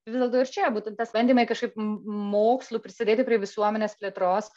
vis dėlto ir čia būtent tas bandymai kažkaip m m mokslu prisidėti prie visuomenės plėtros